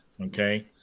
okay